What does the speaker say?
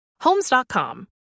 homes.com